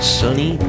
sunny